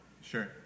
Sure